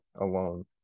alone